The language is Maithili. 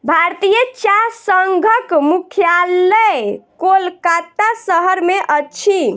भारतीय चाह संघक मुख्यालय कोलकाता शहर में अछि